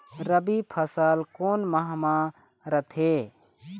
रबी फसल कोन माह म रथे?